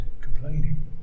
complaining